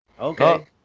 Okay